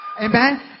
amen